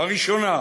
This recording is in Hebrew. הראשונה,